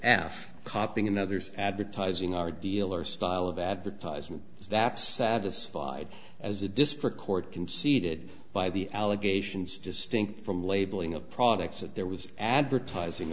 af copying another's advertising our dealers style of advertisement is that satisfied as a district court conceded by the allegations distinct from labeling of products that there was advertising